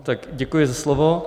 Tak, děkuji za slovo.